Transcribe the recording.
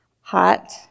hot